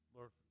Lord